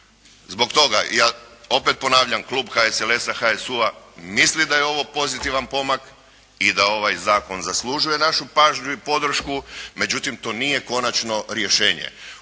Zbog toga ja opet ponavljam, klub HSLS-a HSU-a misli da je ovo pozitivan pomak i da ovaj zakon zaslužuje našu pažnju i podršku, međutim to nije konačno rješenje.